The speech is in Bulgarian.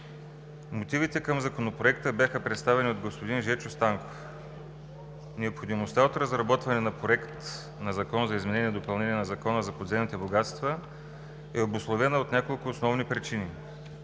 Мотивите към Законопроекта бяха представени от господин Жечо Станков. Необходимостта от разработване на Законопроект за изменение и допълнение на Закона за подземните богатства е обусловена от няколко основни причини.